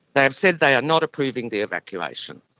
they have said they are not approving the evacuation.